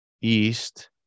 east